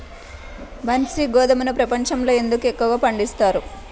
బన్సీ గోధుమను ప్రపంచంలో ఎందుకు ఎక్కువగా పండిస్తారు?